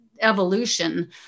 evolution